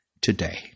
today